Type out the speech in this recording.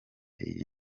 iyi